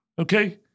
okay